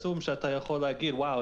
קסום שאתה יכול להגיד: וואו,